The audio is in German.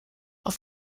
auf